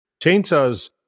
Chainsaws